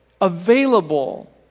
available